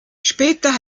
später